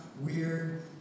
weird